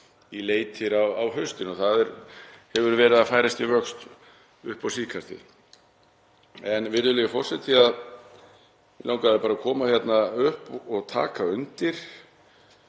í leitir á haustin og það hefur verið að færast í vöxt upp á síðkastið. Virðulegur forseti. Mig langaði bara að koma hérna upp og taka undir